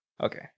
Okay